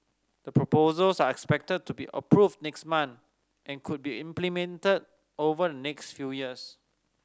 the proposals are expected to be approved next month and could be implemented over next few years